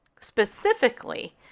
specifically